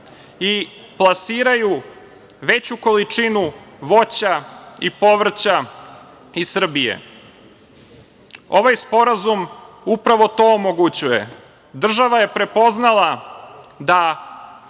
i plasiraju veću količinu voća i povrća iz Srbije. Ovaj sporazum upravo to omogućava. Država je prepoznala da